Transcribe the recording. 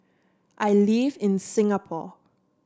I live in Singapore